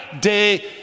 day